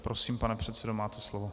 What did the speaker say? Prosím, pane předsedo, máte slovo.